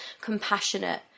compassionate